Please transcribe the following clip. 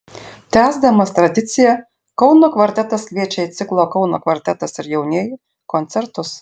tęsdamas tradiciją kauno kvartetas kviečia į ciklo kauno kvartetas ir jaunieji koncertus